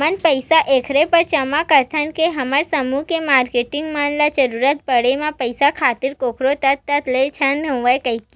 हमन पइसा ऐखरे बर जमा करथन के हमर समूह के मारकेटिंग मन ल जरुरत पड़े म पइसा खातिर कखरो दतदत ले झन होवय कहिके